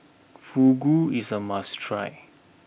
fugu is a must try